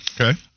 Okay